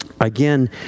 Again